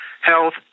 health